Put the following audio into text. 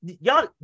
y'all